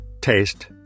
taste